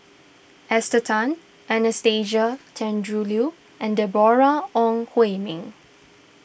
Esther Tan Anastasia Tjendri Liew and Deborah Ong Hui Min